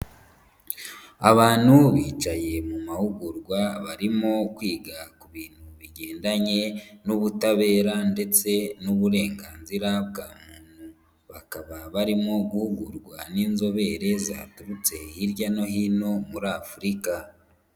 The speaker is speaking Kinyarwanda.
Abantu bicaye mu mahugurwa, barimo kwiga ku bintu bigendanye n'ubutabera ndetse n'uburenganzira bwa muntu. Bakaba barimo guhugurwa n'inzobere ziturutse hirya no hino muri Afurika.